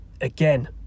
again